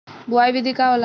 बुआई विधि का होला?